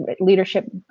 leadership